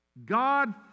God